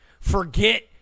forget